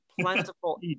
plentiful